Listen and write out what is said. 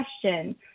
question